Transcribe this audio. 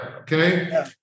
okay